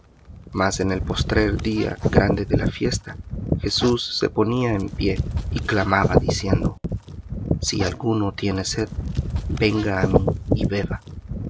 mas en el postrer día grande de la fiesta jesús se ponía en pie y clamaba diciendo si alguno tiene sed venga á mí y beba